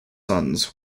sons